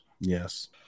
Yes